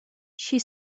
she